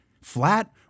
flat